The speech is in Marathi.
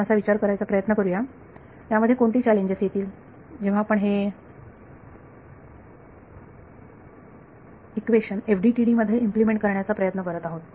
आपण असा विचार करायचा प्रयत्न करूया यामध्ये कोणती चॅलेंजेस येतील जेव्हा आपण हे इक्वेशन FDTD मध्ये इम्प्लिमेंट करण्याचा प्रयत्न करत आहोत